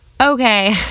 okay